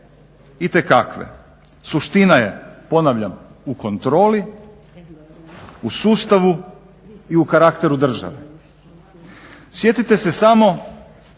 Itekakve. Suština je ponavljam u kontroli, u sustavu i u karakteru države. Sjetite se samo